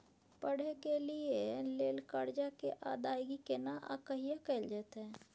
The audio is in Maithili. पढै के लिए लेल कर्जा के अदायगी केना आ कहिया कैल जेतै?